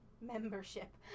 Membership